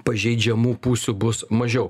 pažeidžiamų pusių bus mažiau